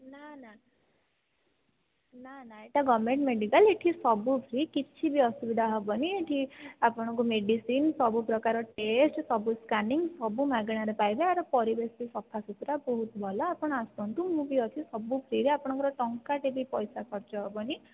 ନା ନା ନା ନା ଏହିଟା ଗମେଣ୍ଟ ମେଡ଼ିକାଲ ଏହିଠି ସବୁ ଫ୍ରି କିଛି ବି ଅସୁବିଧା ହେବନି ଏହିଠି ଆପଣଙ୍କୁ ମେଡ଼ିସିନ ସବୁ ପ୍ରକାର ଟେଷ୍ଟ ସବୁ ସ୍କାନିଙ୍ଗି ସବୁ ମାଗେଣାରେ ପାଇବେ ଏହାର ପରିବେଶବି ସଫା ସୁତୁରା ବହୁତ ଭଲ ଆପଣ ଆସନ୍ତୁ ମୁଁ ବି ଅଛି ସବୁ ଫ୍ରିରେ ଆପଣଙ୍କର ଟଙ୍କାଟେ ବି ପଇସା ଖର୍ଚ୍ଚ ହେବନି